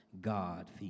God